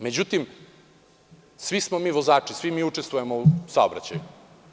Međutim, svi smo mi vozači, svi mi učestvujemo u saobraćaju.